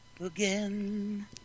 again